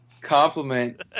compliment